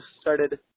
started